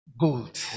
Gold